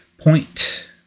Point